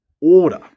order